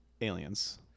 Aliens